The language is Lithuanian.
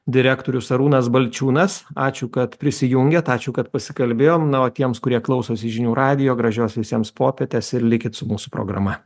direktorius arūnas balčiūnas ačiū kad prisijungėt ačiū kad pasikalbėjom na o tiems kurie klausosi žinių radijo gražios visiems popietės ir likit su mūsų programa